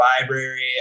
library